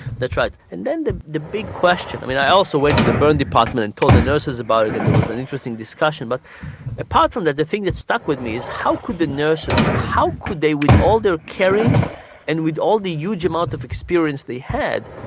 that's right and then the the big question i mean i also went to the burn department and told the nurses about it and there was an interesting discussion. but apart from that the thing that stuck with me is how could the nurses, how could they with all their caring and with all the huge amount of experience they had,